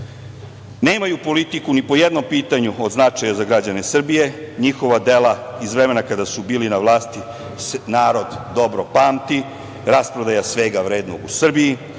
Nemaju politiku ni po jednom pitanju od značaja za građana Srbije. Njihova dela iz vremena kada su bili na vlasti narod dobro pamti, rasprodaja svega vrednog u Srbiji,